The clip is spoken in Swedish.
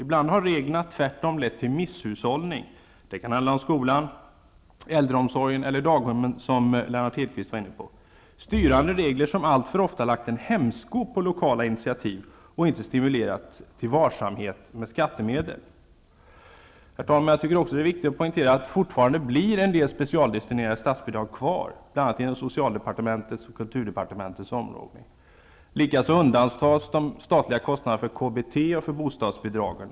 Ibland har reglerna tvärtom lett till misshushållning. Det kan handla om skolan, äldreomsorgen eller daghemmen, som Lennart Hedquist var inne på. Styrande regler har alltför ofta lagt hämsko på lokala initiativ och inte stimulerat till varsamhet med skattemedel. Herr talman! Jag tycker också att det är viktigt att poängtera att fortfarande blir vissa specialdestinerade statsbidrag kvar, bl.a. inom socialdepartementets och kulturdepartementets områden. Likaså undantas de statliga kostnaderna för KBT och för bostadsbidragen.